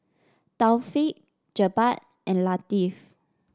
Taufik Jebat and Latif